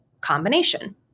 combination